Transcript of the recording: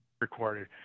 recorded